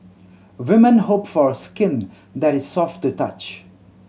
women hope for skin that is soft to touch